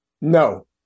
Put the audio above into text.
No